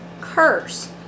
curse